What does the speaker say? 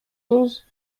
onze